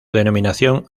denominación